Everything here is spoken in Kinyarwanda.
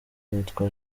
yitwa